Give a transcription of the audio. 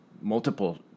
multiple